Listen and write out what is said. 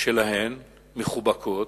שלהן מחובקות,